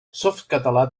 softcatalà